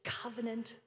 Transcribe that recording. covenant